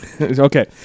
Okay